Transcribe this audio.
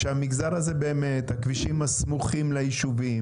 זה שהכבישים לא סמוכים ליישובים